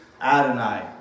Adonai